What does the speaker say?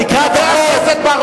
תקרא את החוק.